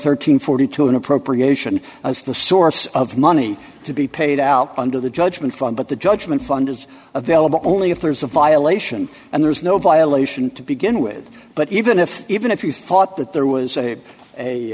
and forty two dollars an appropriation as the source of money to be paid out under the judgment fun but the judgment fund is available only if there's a violation and there's no violation to begin with but even if even if you thought that there was a a